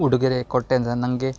ಉಡುಗೊರೆ ಕೊಟ್ಟಿದ್ದು ನನಗೆ